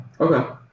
Okay